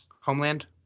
Homeland